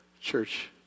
church